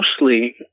mostly